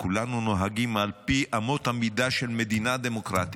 וכולנו נוהגים על פי אמות המידה של מדינה דמוקרטית,